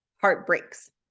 heartbreaks